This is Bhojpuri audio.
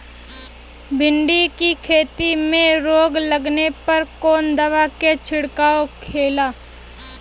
भिंडी की खेती में रोग लगने पर कौन दवा के छिड़काव खेला?